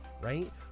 right